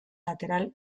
lateral